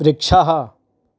वृक्षः